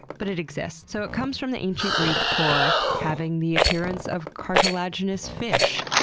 but it exists. so it comes from the ancient greek for having the appearance of cartilaginous fish.